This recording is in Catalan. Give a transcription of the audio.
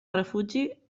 refugi